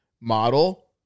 model